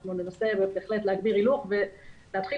אנחנו ננסה בהחלט להגביר הילוך ולהתחיל